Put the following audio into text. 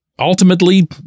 Ultimately